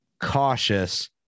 cautious